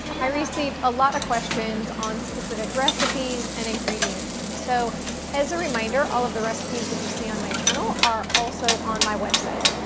i received a lot of questions on specific recipes and ingredients, so as a reminder, all of the recipes that you see on my channel are also on my website.